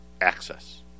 access